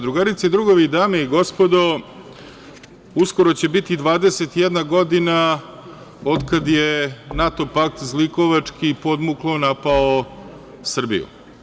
Drugarice i drugovi, dame i gospodo, uskoro će biti 21 godina od kad je NATO pakt zlikovački i podmuklo napao Srbiju.